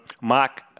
Mark